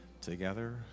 Together